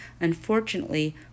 Unfortunately